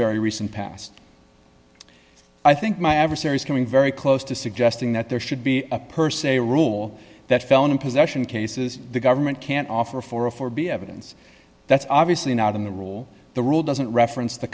very recent past i think my adversaries coming very close to suggesting that there should be a person a rule that felon in possession cases the government can't offer for a for b evidence that's obviously not in the rule the rule doesn't reference t